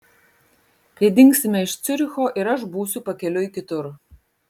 kai dingsime iš ciuricho ir aš būsiu pakeliui kitur